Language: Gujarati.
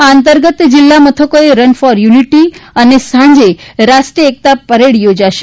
આ અંતર્ગત જિલ્લા મથકોએ સવારે રન ફોર યુનિટી અને સાંજે રાષ્ટ્રીય એકતા પરેડ યોજાશે